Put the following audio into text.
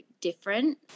different